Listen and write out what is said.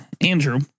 Andrew